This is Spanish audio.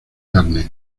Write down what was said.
carne